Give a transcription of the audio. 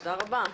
תודה רבה.